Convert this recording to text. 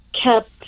kept